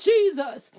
Jesus